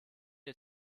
ihr